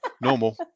normal